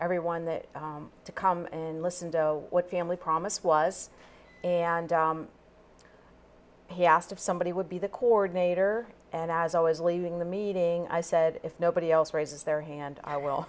everyone to come and listen to what family promise was and he asked if somebody would be the cord nater and as always leaving the meeting i said if nobody else raises their hand i will